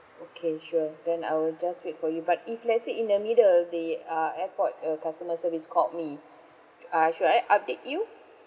okay sure then I'll just wait for you but if let's say in the middle the uh airport uh customer service called me uh should I update you